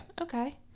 Okay